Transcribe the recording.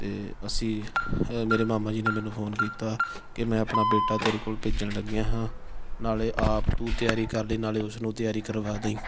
ਅਤੇ ਅਸੀਂ ਅ ਮੇਰੇ ਮਾਮਾ ਜੀ ਨੇ ਮੈਨੂੰ ਫੋਨ ਕੀਤਾ ਕਿ ਮੈਂ ਆਪਣਾ ਬੇਟਾ ਤੇਰੇ ਕੋਲ ਭੇਜਣ ਲੱਗਿਆ ਹਾਂ ਨਾਲੇ ਆਪ ਤੂੰ ਤਿਆਰੀ ਕਰ ਲਈ ਨਾਲੇ ਉਸ ਨੂੰ ਤਿਆਰੀ ਕਰਵਾ ਦਈ